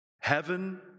heaven